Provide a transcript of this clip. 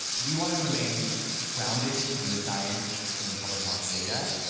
we want to remain grounded in the science and in the public health data.